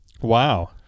Wow